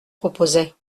proposait